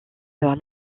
sur